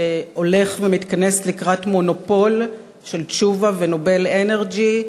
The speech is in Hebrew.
שהולך ומתכנס לקראת מונופול של תשובה ו"נובל אנרג'י",